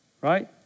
right